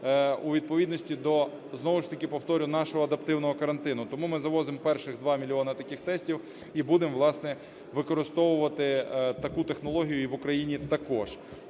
у відповідності до, знову ж таки повторю, нашого адаптивного. Тому ми завозимо перші 2 мільйони таких тестів і будемо, власне, використовувати таку технологію і в Україні також.